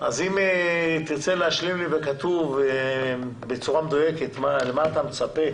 אם תרצה להשלים לי בכתוב בצורה מדויקת ולומר למה אתה מצפה